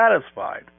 satisfied